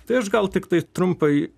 tai aš gal tiktai trumpai